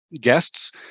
guests